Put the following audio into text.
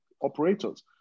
operators